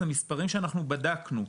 זה מספרים שאנחנו בדקנו.